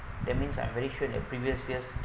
that means I'm really sure that previously just